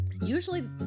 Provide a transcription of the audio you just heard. usually